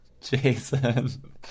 Jason